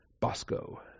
Bosco